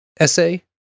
essay